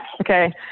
Okay